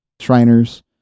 Shriners